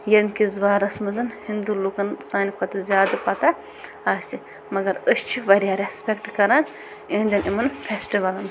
ییٚمہِ کِس بارس منٛز ہندو لُکن سانہٕ کھۄتہٕ زیادٕ پتہہ آسہِ مگر أسۍ چھِ وارِیاہ رسپٮ۪کٹہٕ کَران یِہدٮ۪ن یِمن فٮ۪سٹوَلن